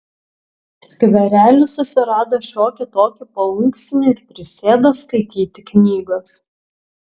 skverely susirado šiokį tokį paunksnį ir prisėdo skaityti knygos